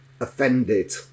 offended